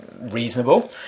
reasonable